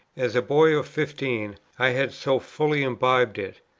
as a boy of fifteen, i had so fully imbibed it,